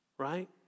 right